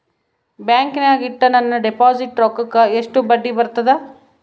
ಬ್ಯಾಂಕಿನಾಗ ಇಟ್ಟ ನನ್ನ ಡಿಪಾಸಿಟ್ ರೊಕ್ಕಕ್ಕ ಎಷ್ಟು ಬಡ್ಡಿ ಬರ್ತದ?